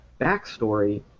backstory